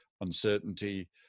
uncertainty